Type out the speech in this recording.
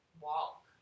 walk